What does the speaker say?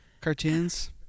cartoons